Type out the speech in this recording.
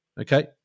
okay